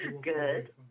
good